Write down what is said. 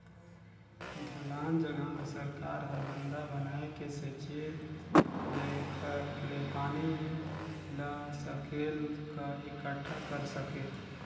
ढलान जघा मे सरकार हर बंधा बनाए के सेचित जेखर ले पानी ल सकेल क एकटठा कर सके